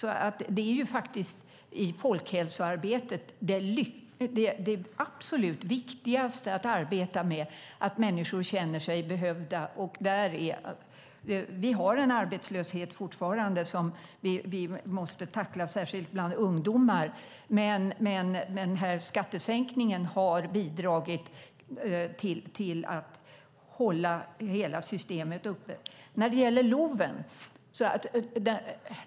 Det är faktiskt det absolut viktigaste i folkhälsoarbetet att människor känner sig behövda. Vi har fortfarande en arbetslöshet som vi måste tackla, särskilt bland ungdomar, men skattesänkningen har bidragit till att hålla hela systemet uppe. Nu kommer jag till detta med LOV.